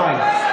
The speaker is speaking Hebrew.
די.